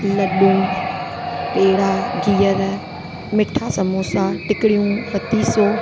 लॾूं पेड़ा गिहर मिठा समोसा टिकड़ियूं पतीशो